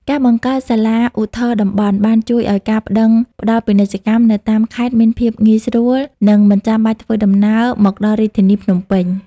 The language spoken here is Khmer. ការបង្កើតសាលាឧទ្ធរណ៍តំបន់ បានជួយឱ្យការប្ដឹងផ្ដល់ពាណិជ្ជកម្មនៅតាមខេត្តមានភាពងាយស្រួល និងមិនចាំបាច់ធ្វើដំណើរមកដល់រាជធានីភ្នំពេញ។